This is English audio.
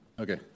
okay